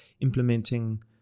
implementing